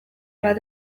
bat